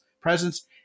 presence